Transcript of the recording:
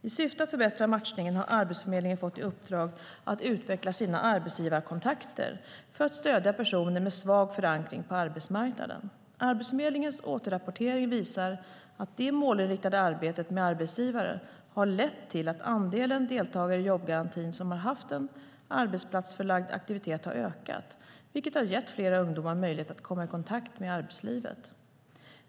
I syfte att förbättra matchningen har Arbetsförmedlingen fått i uppdrag att utveckla sina arbetsgivarkontakter för att stödja personer med en svag förankring på arbetsmarknaden. Arbetsförmedlingens återrapportering visar att det målinriktade arbetet med arbetsgivare har lett till att andelen deltagare i jobbgarantin som har haft en arbetsplatsförlagd aktivitet har ökat, vilket har gett fler ungdomar möjlighet att komma i kontakt med arbetslivet.